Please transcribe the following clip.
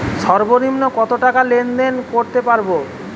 সর্বনিম্ন কত টাকা লেনদেন করতে পারবো?